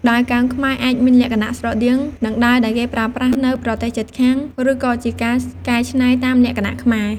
ដាវកោងខ្មែរអាចមានលក្ខណៈស្រដៀងនឹងដាវដែលគេប្រើប្រាស់នៅប្រទេសជិតខាង ឬក៏ជាការកែច្នៃតាមលក្ខណៈខ្មែរ។